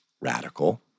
radical